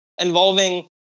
involving